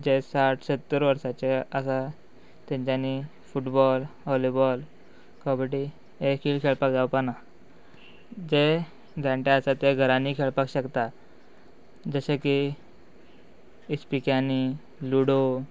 जे साठ सत्तर वर्साचे आसा तेंच्यांनी फुटबॉल वॉलीबॉल कबड्डी हे खेळ खेळपाक जावपाना जे जाणटे आसा ते घरांनी खेळपाक शकता जशे की इस्पिकांनी लूडो